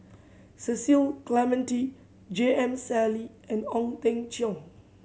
Cecil Clementi J M Sali and Ong Teng Cheong